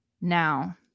Now